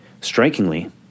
Strikingly